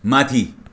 माथि